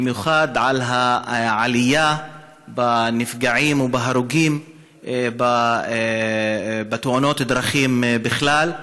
במיוחד על העלייה בנפגעים ובהרוגים בתאונות הדרכים בכלל,